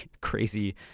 crazy